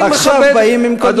עכשיו באים עם כל מיני שאלות,